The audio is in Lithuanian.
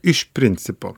iš principo